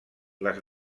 les